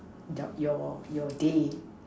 your day